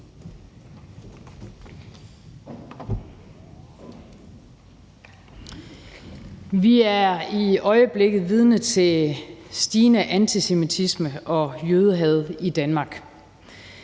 Vi er i øjeblikket vidne til stigende antisemitisme og jødehad i Danmark.